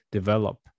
develop